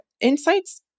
insights